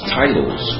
titles